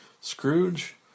Scrooge